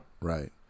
right